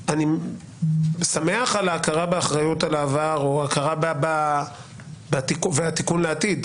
אני שמח בהכרה על האחריות על העבר והתיקון לעתיד,